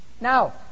Now